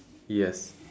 yes